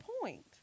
point